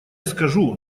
скажу